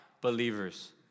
believers